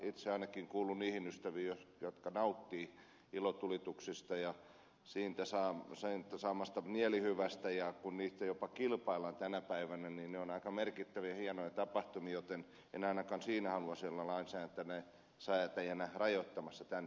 itse ainakin kuulun niihin ystäviin jotka nauttivat ilotulituksista ja niistä saadusta mielihyvästä ja kun niistä jopa kilpaillaan tänä päivänä niin ne ovat aika merkittäviä hienoja tapahtumia joten en ainakaan siinä haluaisi olla lainsäätäjänä rajoittamassa tämän tyyppistä toimintaa